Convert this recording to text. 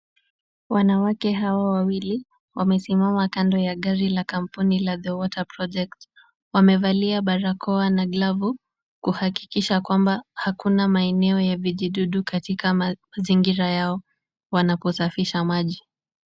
Wanawake hawa wawili wamesimama kando ya gari la kampuni la The Water Project. Wamevalia barakoa na glavu, kuhakikisha kwamba hakuna maeneo ya vijidudu katika mazingira yao wanaposafisha maji.